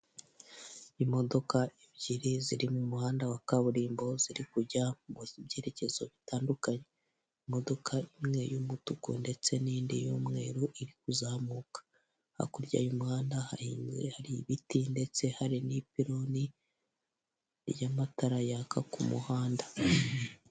Imodoka ebyiri ziri mu muhanda wa kaburimo, ziri kujya mu byerekezo bitandukanye. Imodoka imwe y'umutuku ndetse n'indi y'umweru iri kuzamuka. Hakurya y'umuhanda hahinze, hari ibiti ndetse hari n'ipironi y'amatara yaka ku muhanda.